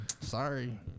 Sorry